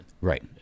Right